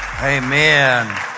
Amen